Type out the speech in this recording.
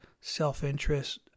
self-interest